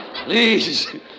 Please